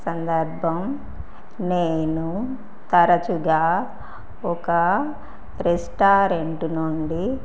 సందర్భం నేను తరచుగా ఒక రెస్టారెంటు నుండి